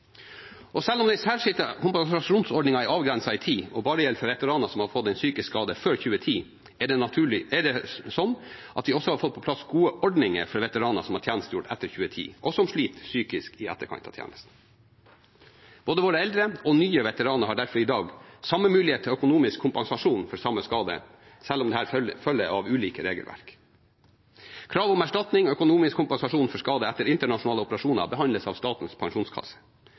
Selv om den særskilte kompensasjonsordningen er avgrenset i tid og bare gjelder for veteraner som har fått en psykisk skade før 2010, har vi også fått på plass gode ordninger for veteraner som har tjenestegjort etter 2010, og som sliter psykisk i etterkant av tjenesten. Både våre eldre og nye veteraner har derfor i dag samme mulighet til økonomisk kompensasjon for samme skade, selv om dette følger av ulike regelverk. Krav om erstatning og økonomisk kompensasjon for skader etter internasjonale operasjoner behandles av Statens pensjonskasse.